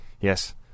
yes